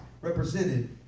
represented